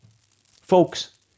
Folks